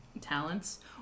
talents